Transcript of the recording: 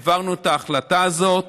העברנו את ההחלטה הזאת.